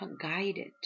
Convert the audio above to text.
guided